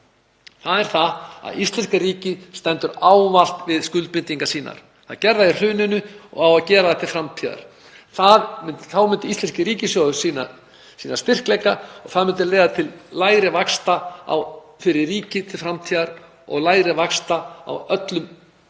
það er að íslenska ríkið stendur ávallt við skuldbindingar sínar. Það gerði það í hruninu og á að gera það til framtíðar. Þá myndi íslenskur ríkissjóður sýna styrkleika og það myndi leiða til lægri vaxta fyrir ríkið til framtíðar og lægri vaxta á öllum skuldum